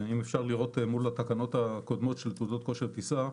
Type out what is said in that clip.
ואם אפשר לראות מול התקנות הקודמות של תעודות כושר טיסה,